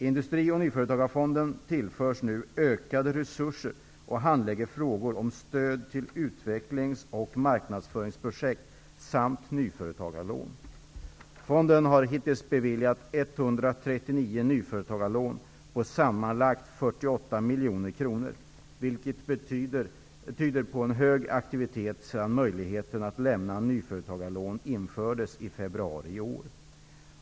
Industri och nyföretagarfonden tillförs nu ökade resurser och handlägger frågor om stöd till utvecklings och marknadsföringsprojekt samt nyföretagarlån. Fonden har hittills beviljat 139 nyföretagarlån på sammanlagt 48 miljoner kronor, vilket tyder på en hög aktivitet sedan möjligheten att lämna nyföretagarlån infördes i februari i år.